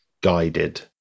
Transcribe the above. guided